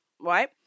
right